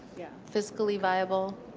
yeah physically viable.